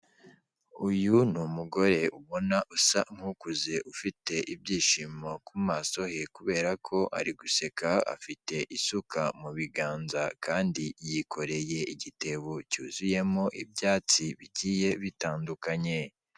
Uyu ni umugore ubona usa nk'ukuze, ufite ibyishimo ku maso he kubera ko ari guseka, afite isuka mu biganza kandi yikoreye igitebo cyuzuyemo ibyatsi bigiye bitandukanye.